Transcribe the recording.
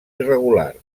irregular